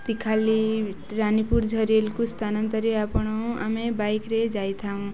ତିଖାଲି ରାନୀପୁର ଝରିଲ୍କୁ ସ୍ଥାନାନ୍ତରେ ଆପଣ ଆମେ ବାଇକ୍ରେ ଯାଇଥାଉ